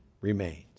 remains